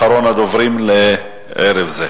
אחרון הדוברים לערב זה,